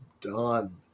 done